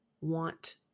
want